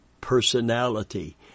personality